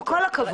עם כל הכבוד,